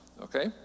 okay